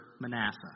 Manasseh